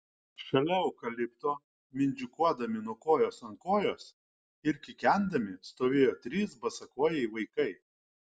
šalia eukalipto mindžikuodami nuo kojos ant kojos ir kikendami stovėjo trys basakojai vaikai